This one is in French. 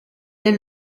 est